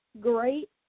great